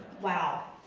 wow.